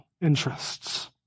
interests